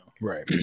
right